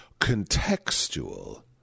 contextual